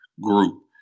group